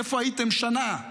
איפה הייתם שנה?